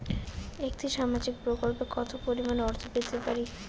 একটি সামাজিক প্রকল্পে কতো পরিমাণ অর্থ পেতে পারি?